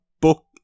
book